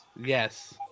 Yes